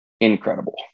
incredible